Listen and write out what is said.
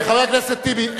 חבר הכנסת טיבי,